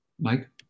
Mike